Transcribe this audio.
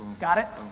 got it?